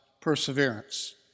perseverance